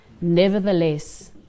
nevertheless